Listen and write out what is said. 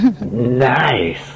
nice